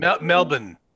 Melbourne